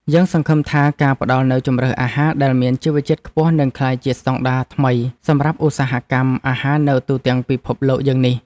យើងសង្ឃឹមថាការផ្តល់នូវជម្រើសអាហារដែលមានជីវជាតិខ្ពស់នឹងក្លាយជាស្តង់ដារថ្មីសម្រាប់ឧស្សាហកម្មអាហារនៅទូទាំងពិភពលោកយើងនេះ។